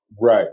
right